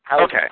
Okay